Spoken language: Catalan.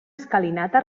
escalinata